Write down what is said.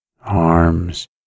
arms